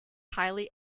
highly